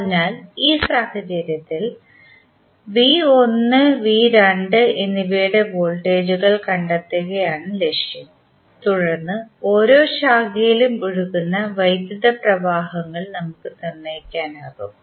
അതിനാൽ ഈ സാഹചര്യത്തിൽ എന്നിവയുടെ വോൾട്ടേജുകൾ കണ്ടെത്തുകയാണ് ലക്ഷ്യം തുടർന്ന് ഓരോ ശാഖയിലും ഒഴുകുന്ന വൈദ്യുത പ്രവാഹങ്ങൾ നമുക്ക് നിർണ്ണയിക്കാനാകും